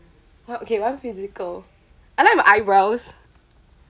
!huh! okay one physical I like my eyebrows